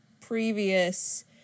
previous